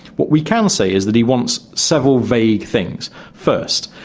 what we can say is that he wants several vague things. first,